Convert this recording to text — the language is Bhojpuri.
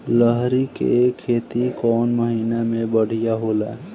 लहरी के खेती कौन महीना में बढ़िया होला?